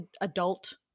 adult